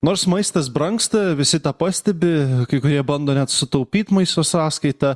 nors maistas brangsta visi tą pastebi kai kurie bando net sutaupyt maisto sąskaita